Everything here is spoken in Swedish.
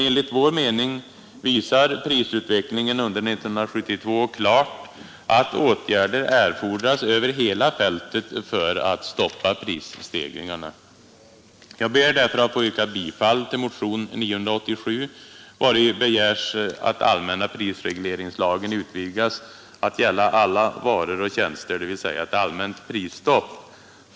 Enligt vår mening visar prisutvecklingen under 1972 klart att åtgärder erfordras över hela fältet för att stoppa prisstegringarna. Jag ber därför att få yrka bifall till motion 987, vari begäres att allmänna prisregleringslagen utvidgas att gälla alla varor och tjänster, dvs. ett allmänt prisstopp.